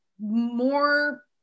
more